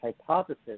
hypothesis